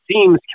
seems